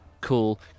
cool